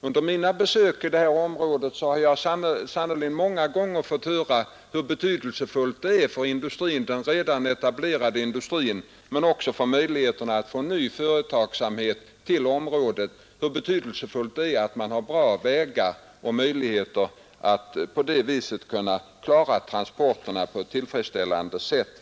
Under mina besök i Vindelådalen har jag sannerligen många gånger fått höra hur betydelsefullt det är för den redan etablerade industrin men också för möjligheterna att få ny företagsamhet till området att man har bra vägar, så att företagen kan klara transporterna på ett tillfredställande sätt.